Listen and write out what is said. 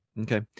okay